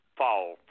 fall